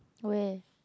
where